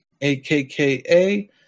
A-K-K-A